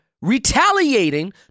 retaliating